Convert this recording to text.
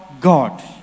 God